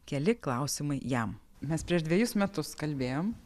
keli klausimai jam mes prieš dvejus metus kalbėjom